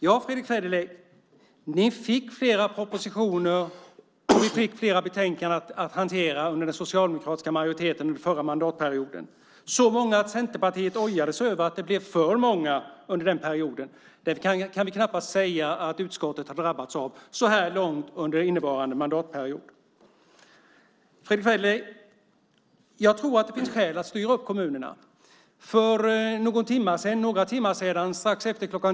Ja, Fredrick Federley, vi fick flera propositioner och flera betänkanden att hantera under den socialdemokratiska majoriteten under den förra mandatperioden - så många att Centerpartiet ojade sig över att det blev för många under den perioden. Det kan vi knappast säga att utskottet har drabbats av så här långt under innevarande mandatperiod. Fredrick Federley! Jag tror att det finns skäl att styra upp kommunerna. För några timmar sedan, strax efter kl.